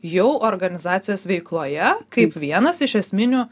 jau organizacijos veikloje kaip vienas iš esminių